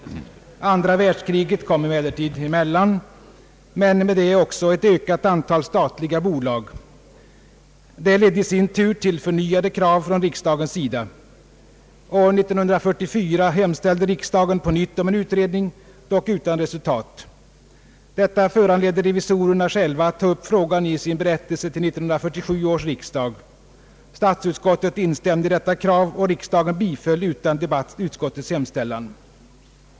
Andra världskriget kom dock emellan men med det också ett ökat antal statliga bolag. Detta ledde i sin tur till förnyade krav från riksdagens sida. År 1944 hemställde riksdagen på nytt om en utredning — dock utan resultat. Detta föranledde revisorerna själva att ta upp frågan i sin berättelse till 1947 års riksdag. Statsutskottet instämde i detta krav, och riksdagen biföll utan debatt utskottets hemställan.